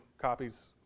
copies